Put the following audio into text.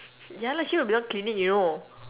ya lah she will be the one cleaning you know